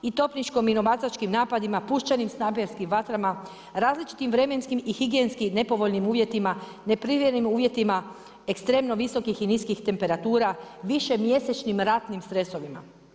I topničko-minobacačkim napadima, puščanim-snajperskim vatrama, različitim vremenskim i higijenskim nepovoljnim uvjetima, neprimjerenim uvjetima, ekstremno visokih i niskih temperatura, višemjesečnim ratnim stresovima.